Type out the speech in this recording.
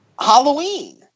Halloween